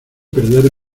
perder